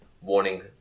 warning